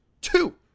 Two